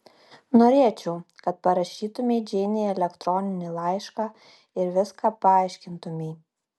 norėčiau kad parašytumei džeinei elektroninį laišką ir viską paaiškintumei